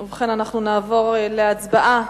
ובכן, נעבור להצבעה.